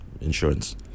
insurance